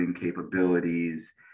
capabilities